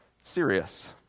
serious